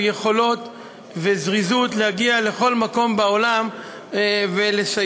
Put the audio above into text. יכולות וזריזות להגיע לכל מקום בעולם ולסייע.